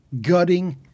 gutting